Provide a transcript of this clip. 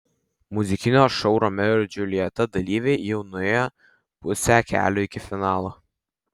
muzikinio šou romeo ir džiuljeta dalyviai jau nuėjo pusę kelio iki finalo